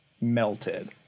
melted